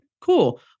cool